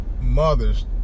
mothers